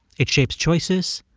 it shapes choices,